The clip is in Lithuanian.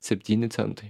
septyni centai